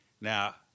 Now